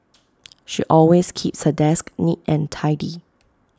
she always keeps her desk neat and tidy